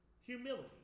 humility